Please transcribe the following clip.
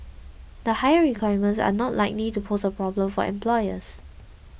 the higher requirements are not likely to pose a problem for employers